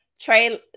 trey